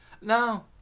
Now